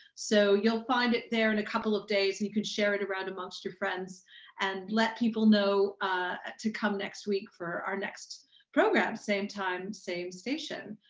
so you'll find it there in a couple of days and you can share it around amongst your friends and let people know ah to come next week for our next program. same time, same station.